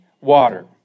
water